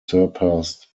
surpassed